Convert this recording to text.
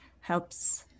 helps